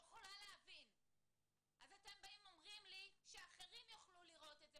אתם אומרים לי: שאחרים יוכלו לראות את זה.